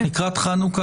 לקראת חנוכה,